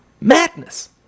Madness